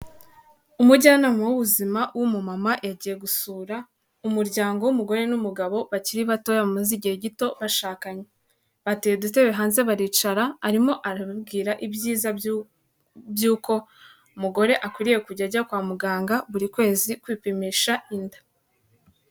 Umujyanama w'ubuzima w'umumama yagiye gusura umuryango w'umugore n'umugabo bakiri bato bamaze igihe gito bashakanye. Bateye udutebe hanze baricara arimo arabwira ibyiza by'uko umugore akwiriye kujya ajya kwa muganga buri kwezi kwipimisha inda.